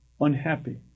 unhappy